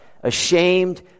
Ashamed